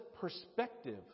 perspective